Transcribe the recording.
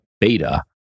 beta